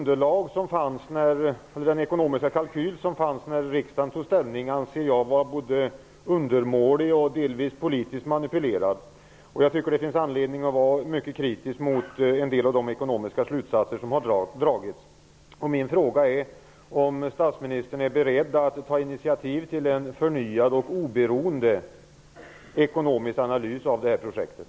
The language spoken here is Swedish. Den ekonomiska kalkyl som fanns när riksdagen tog ställning anser jag var både undermålig och delvis politiskt manipulerad. Det finns anledning att vara mycket kritisk mot en del av de ekonomiska slutsatser som har dragits. Min fråga är: Är statsministern beredd att ta initiativ till en förnyad och oberoende ekonomisk analys av detta projekt?